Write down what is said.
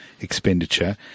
expenditure